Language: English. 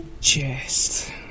chest